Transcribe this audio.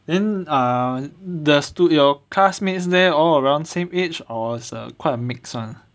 then err does do your classmates there all around same age or err quite a mix [one]